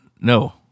No